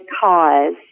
cause